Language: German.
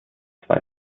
zwei